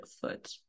foot